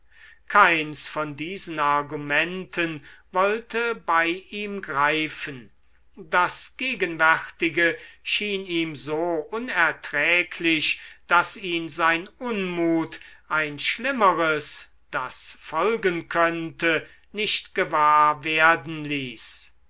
keins von diesen argumenten wollte bei ihm greifen das gegenwärtige schien ihm so unerträglich daß ihn sein unmut ein schlimmeres das folgen könnte nicht gewahr werden ließ